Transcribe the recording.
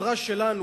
בחברה שלנו,